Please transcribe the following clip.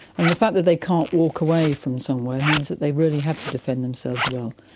and the fact that they can't walk away from somewhere means that they really have to defend themselves well.